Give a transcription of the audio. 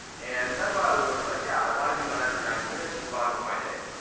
and that's why i was always like, yeah, i want to be done after ninety minutes, move on with my day.